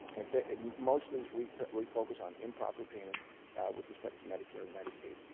and but mostly we we focus on improper payments with respect to medicare and medicaid.